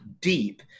deep